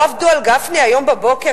לא עבדו על גפני היום בבוקר?